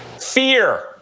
Fear